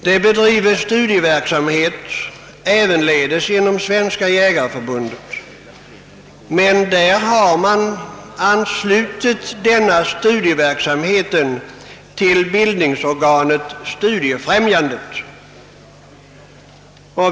Det bedrivs studieverksamhet även inom Svenska jägareförbundet, men denna studieverksamhet har anslutits till bildningsorganet Studiefrämjandet.